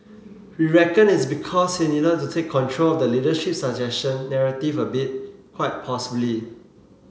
we reckon it's because he needed to take control of the leadership succession narrative a bit quite possibly